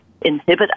inhibit